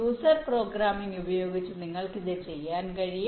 user programming ഉപയോഗിച്ച് നിങ്ങൾക്ക് ഇത് ചെയ്യാൻ കഴിയും